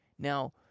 Now